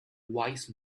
wise